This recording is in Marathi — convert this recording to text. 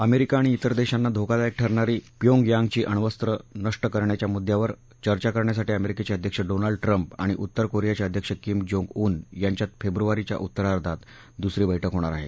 अमेरिका आणि इतर देशांना धोकादायक ठरणारी प्योंगयांगची अण्वस्त्र नष्ट करण्याच्या मुद्यावर चर्चा करण्यासाठी अमेरिकेचे अध्यक्ष डोनाल्ड ट्रम्प आणि उत्तर कोरियाचे अध्यक्ष किम जोंग उन् यांच्यात फेब्रुवारीच्या उत्तरार्धात दुसरी बैठक होणार आहे